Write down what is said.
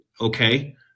Okay